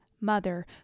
mother